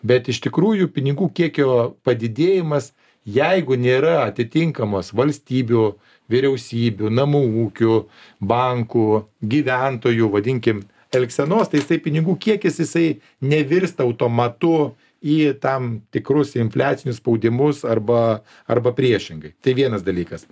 bet iš tikrųjų pinigų kiekio padidėjimas jeigu nėra atitinkamos valstybių vyriausybių namų ūkių bankų gyventojų vadinkim elgsenos tai jisai pinigų kiekis jisai nevirsta automatu į tam tikrus infliacinius spaudimus arba arba priešingai tai vienas dalykas